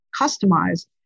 customize